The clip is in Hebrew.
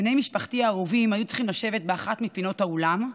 בני משפחתי האהובים היו צריכים לשבת באחת מפינות האולם,